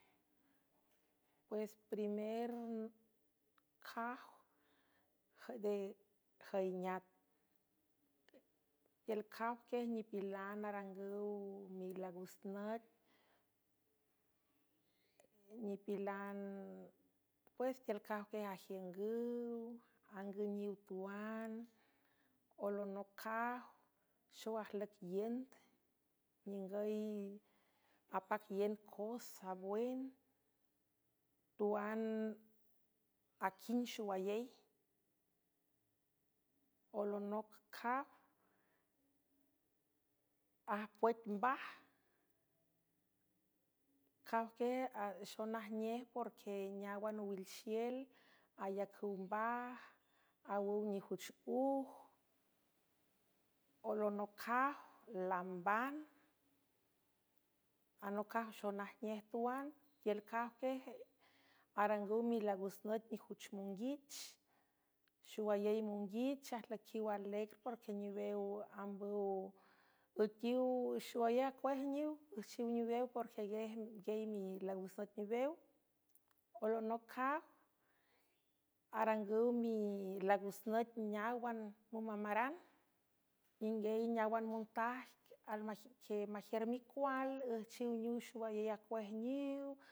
Pues primer aj djüineat tiülcaj quiej nipilan arangüw milagus nüt nipilan pues tiül cajquiej ajiüngüw angüniw tuan olonoaj xow ajlüic iend ningüy apac iend cos sabwen tuan aquin xowayey olonoaj ajpuüit mbaj ajuexonajnej porque neáwan owilxiel ayacüw mbaj awüw nijuch uj olonocaw lamban anocaj xonajnej tuan tiülcajque arangüw milagus nüt nijuch monguich xowayey monguich ajlüiquiw alecr porque niwew ambüw üequiwxowayey acuejniw üjchiw niwew porque guiey milagus nüt niwew olonoc caj arangüw milagus nüt neáwan mümamaran ningüy neáwan montaj alque majiür micual üjchiw niow xowayey acuejniw.